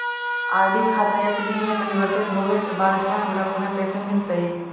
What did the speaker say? RD खाता FD में परिवर्तित होवे के बाद क्या हमारा पूरे पैसे मिलतई